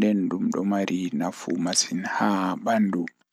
ɓurndu ngona mi waawataa. Mi waɗii njogii ngam heɓaade tewti e ɗum woni maye nder rewbeewal goɗɗum. Ko lanɗe kala ndiyam miɓe njogii wuro faamaade ɓurnde ngal.